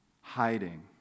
hiding